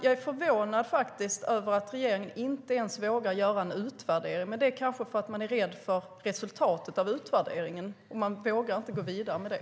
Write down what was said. Jag är faktiskt förvånad över att regeringen inte ens vågar göra en utvärdering. Men man kanske är rädd för resultatet av utvärderingen, och man vågar inte gå vidare med det.